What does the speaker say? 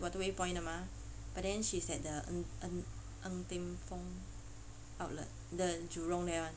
waterway point dah mah but then she's at the ng ng ng teng fong outlet the jurong there [one]